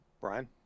Brian